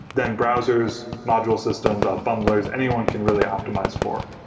then browsers, module systems, ah bundlers, anyone can really optimize for.